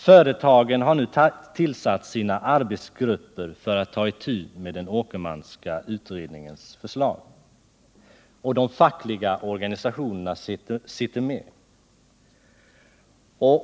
Företagen har nu tillsatt sina arbetsgrupper för att ta itu med Åkermans förslag. Representanter för de fackliga organisationerna sitter med i dessa arbetsgrupper.